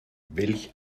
welch